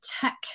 tech